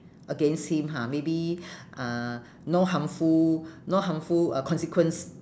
against him ha maybe uh no harmful no harmful uh consequence